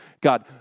God